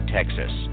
Texas